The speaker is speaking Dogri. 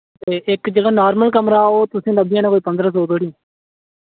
ते इक जेह्ड़ा नार्मल कमरा ओ तुसें लब्भी जाना कोई पंदरां सौ धोड़ी